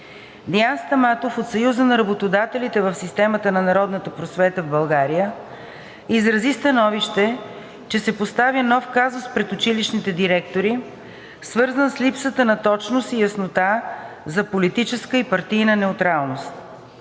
Деян Стаматов от Съюза на работодателите в системата на народната просвета в България изрази становище, че се поставя нов казус пред училищните директори, свързан с липсата на точна яснота за политическа и партийна неутралност.